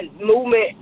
movement